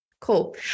cool